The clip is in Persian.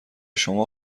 شما